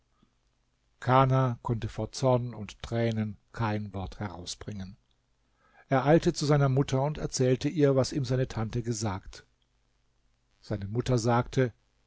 kana konnte vor zorn und tränen kein wort herausbringen er eilte zu seiner mutter und erzählte ihr was ihm seine tante gesagt seine mutter sagte